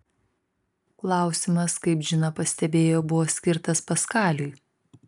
klausimas kaip džina pastebėjo buvo skirtas paskaliui